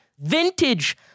Vintage